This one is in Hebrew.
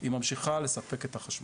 היא ממשיכה לספק את החשמל.